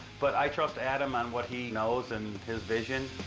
but i trust adam on what he knows and his vision.